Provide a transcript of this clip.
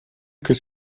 que